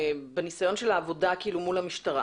בניסיון של העבודה מול המשטרה,